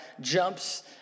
jumps